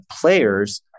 players